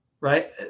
right